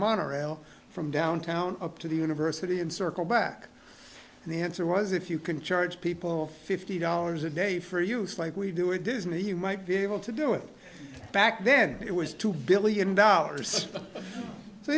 monorail from downtown up to the university and circle back and the answer was if you can charge people fifty dollars a day for use like we do it does and he might be able to do it back then it was two billion dollars